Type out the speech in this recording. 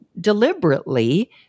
deliberately